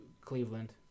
Cleveland